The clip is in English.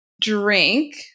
drink